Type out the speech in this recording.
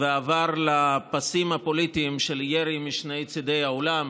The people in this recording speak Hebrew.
ועבר לפסים הפוליטיים של ירי משני צידי האולם.